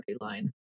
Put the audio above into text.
line